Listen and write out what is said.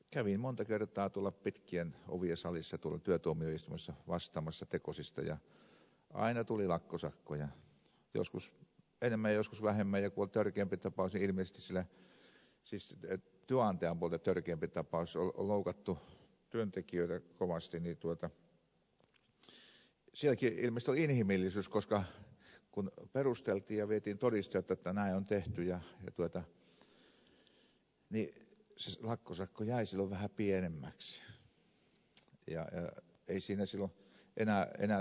kävin monta kertaa tuolla pitkien ovien salissa työtuomioistuimessa vastaamassa tekosista ja aina tuli lakkosakkoja joskus enemmän ja joskus vähemmän ja kun oli törkeämpi tapaus siis työnantajapuolelta törkeämpi tapaus loukattu työntekijöitä kovasti niin sielläkin ilmeisesti oli inhimillisyyttä koska kun perusteltiin ja vietiin todisteet jotta näin on tehty niin se lakkosakko jäi silloin vähän pienemmäksi